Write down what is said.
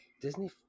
Disney